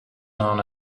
known